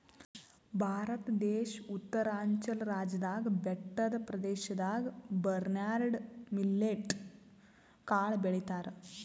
ಭಾರತ ದೇಶ್ ಉತ್ತರಾಂಚಲ್ ರಾಜ್ಯದಾಗ್ ಬೆಟ್ಟದ್ ಪ್ರದೇಶದಾಗ್ ಬರ್ನ್ಯಾರ್ಡ್ ಮಿಲ್ಲೆಟ್ ಕಾಳ್ ಬೆಳಿತಾರ್